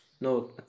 No